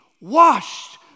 washed